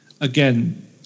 again